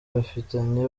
bafitanye